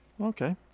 Okay